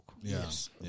Yes